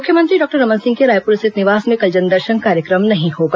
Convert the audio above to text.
मुख्यमंत्री डॉक्टर रमन सिंह के रायपुर स्थित निवास में कल जनदर्शन कार्यक्रम नहीं होगा